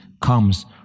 comes